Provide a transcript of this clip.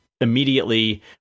immediately